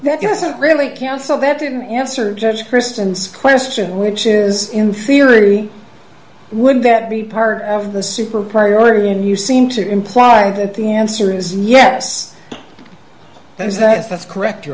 that doesn't really count so that didn't answer just christians question which is in theory would that be part of the super priority and you seem to imply that the answer is yes there is that's correct you